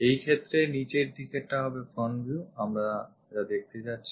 এইক্ষেত্রে নিচের দিকেরটা হবে front view আমরা যা দেখাতে যাচ্ছি